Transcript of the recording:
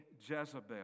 Jezebel